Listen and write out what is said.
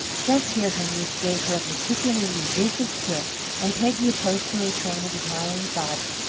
just here her niece gave her a particularly vicious kick, and peggy opposed to her train of admiring thoughts,